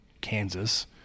kansas